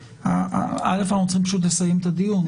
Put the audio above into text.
אנחנו צריכים לסיים את הדיון.